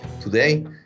Today